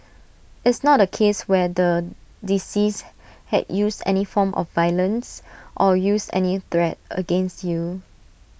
it's not A case where the deceased had used any form of violence or used any threat against you